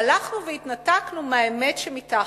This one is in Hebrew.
הלכנו והתנתקנו מהאמת שמתחת,